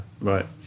right